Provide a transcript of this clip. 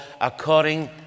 according